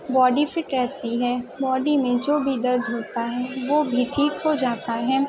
body fit رہتی ہے body میں جو بھی درد ہوتا ہے وہ بھی ٹھیک ہو جاتا ہے